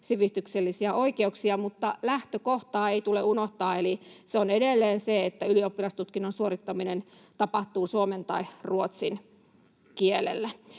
sivistyksellisiä oikeuksia, mutta lähtökohtaa ei tule unohtaa, eli se on edelleen se, että ylioppilastutkinnon suorittaminen tapahtuu suomen tai ruotsin kielellä.